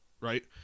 right